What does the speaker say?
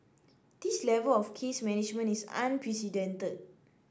this level of case management is unprecedented